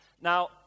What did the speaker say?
Now